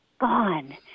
gone